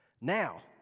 Now